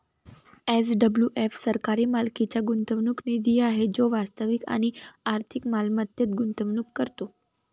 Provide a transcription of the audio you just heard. SWF सरकारी मालकीचा गुंतवणूक निधी आहे जो वास्तविक आणि आर्थिक मालमत्तेत गुंतवणूक करतो